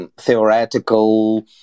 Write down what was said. theoretical